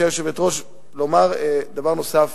אני רוצה לומר דבר נוסף,